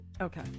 okay